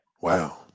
Wow